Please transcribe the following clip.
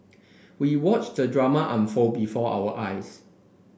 we watched the drama unfold before our eyes